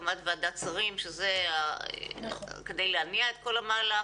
הקמת ועדת שרים כדי להניע את כל המהלך,